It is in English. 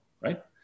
right